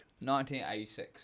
1986